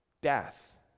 Death